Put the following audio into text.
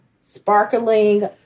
sparkling